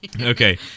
Okay